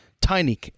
tiny